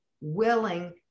willing